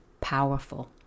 powerful